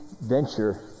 venture